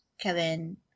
Kevin